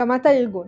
הקמת הארגון